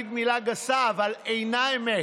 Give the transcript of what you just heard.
אבל לא רוצה להגיד מילה גסה אבל, אינו אמת.